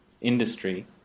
industry